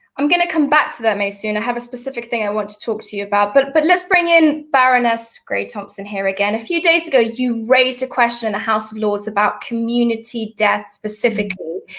i'm gonna come back to that, maysoon. i have a specific think i want to talk to you about. but but let's bring in baroness grey-thompson here again. a few days ago you raised a question in the house of lords about community deaths specifically.